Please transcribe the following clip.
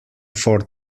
for